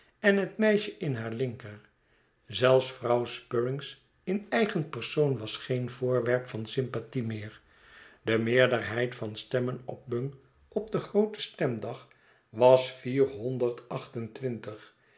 en hetmeisje in haar linker zelfs vrouw spruggins in eigen persoon was geen voorwerp van sympathie meer de meerderheid van stemmen op bung op den grooten stemdag was